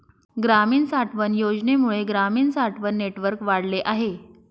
ग्रामीण साठवण योजनेमुळे ग्रामीण साठवण नेटवर्क वाढले आहे